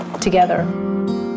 together